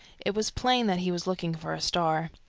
it was plain that he was looking for a star.